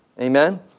Amen